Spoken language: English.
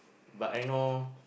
but I know